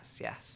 yes